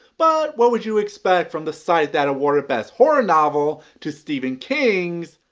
but what would you expect from the site that awarded best horror novel to stephen king's,